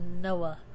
Noah